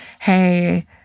hey